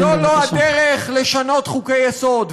זו לא הדרך לשנות חוקי-יסוד.